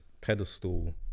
pedestal